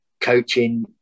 coaching